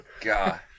God